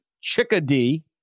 Chickadee